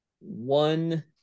one